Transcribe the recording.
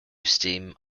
steam